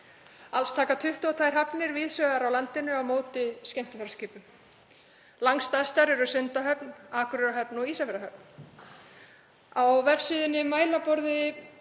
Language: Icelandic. Alls taka 22 hafnir víðs vegar á landinu á móti skemmtiferðaskipum. Langstærstar eru Sundahöfn, Akureyrarhöfn og Ísafjarðarhöfn. Á vefsíðunni Mælaborði